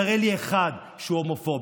תראה לי אחד שהוא הומופוב,